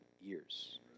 years